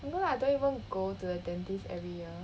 you know I don't even go to the dentist every year